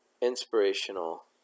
inspirational